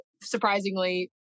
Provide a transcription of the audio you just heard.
surprisingly